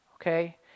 okay